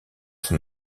son